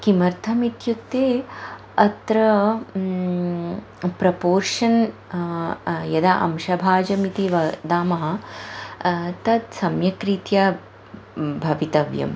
किमर्थम् इत्युक्ते अत्र प्रपोशन् यदा अंशभाजम् इति वदामः तत् सम्यक् रीत्या भवितव्यम्